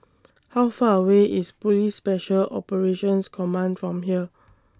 How Far away IS Police Special Operations Command from here